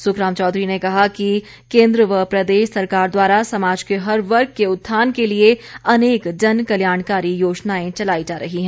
सुखराम चौधरी ने कहा कि केंद्र व प्रदेश सरकार द्वारा समाज के हर वर्ग के उत्थान के लिए अनेक जन कल्याणकारी योजनाएं चलाई जा रही हैं